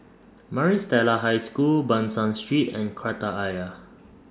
Maris Stella High School Ban San Street and Kreta Ayer